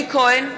אלי כהן,